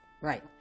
Right